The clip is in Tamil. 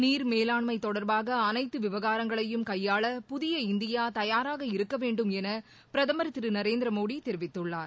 நீர் மேலாண்மை தொடர்பாக அனைத்து விவகாரங்களையும் கையாள புதிய இந்தியா தயாராக இருக்கவேண்டும் என பிரதமர் நரேந்திரமோடி தெரிவித்துள்ளார்